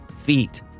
feet